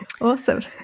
Awesome